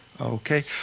Okay